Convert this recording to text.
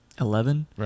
Eleven